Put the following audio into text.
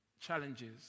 challenges